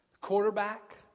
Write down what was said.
quarterback